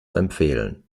empfehlen